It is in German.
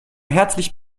herzlich